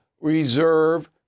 reserve